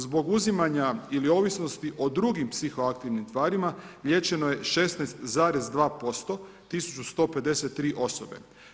Zbog uzimanja ili ovisnosti o drugim psihoaktivnim tvarima, liječeno je 16,2% 1153 osobe.